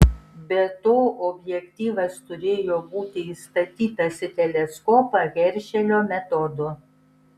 be to objektyvas turėjo būti įstatytas į teleskopą heršelio metodu